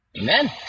Amen